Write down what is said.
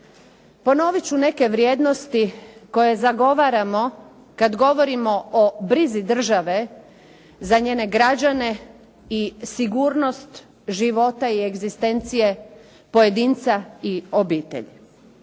ponovit ću neke vrijednosti koje zagovaramo kad govorimo o brizi države za njene građane i sigurnost života i egzistencije pojedinca i obitelji,